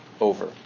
over